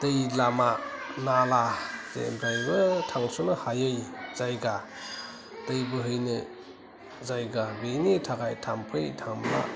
दै लामा नाला जेनिफ्रायबो थांस'नो हायै जायगा दै बोहैनो जायगा बेनि थाखाय थाम्फै थाम्ला